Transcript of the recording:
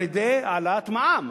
על-ידי העלאת מע"מ.